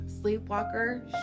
Sleepwalker